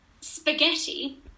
spaghetti